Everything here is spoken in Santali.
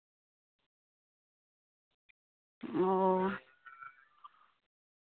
ᱚᱸᱻ